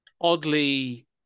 oddly